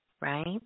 right